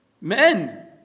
Men